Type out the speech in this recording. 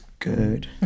Good